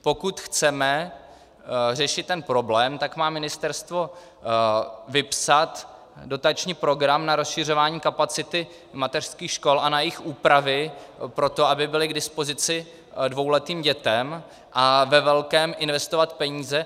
Pokud chceme ten problém řešit, tak má ministerstvo vypsat dotační program na rozšiřování kapacity mateřských škol a na jejich úpravy pro to, aby byly k dispozici dvouletým dětem, a ve velkém investovat peníze.